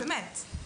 באמת.